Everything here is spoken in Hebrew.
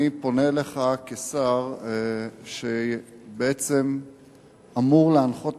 אני פונה אליך כשר שבעצם אמור להנחות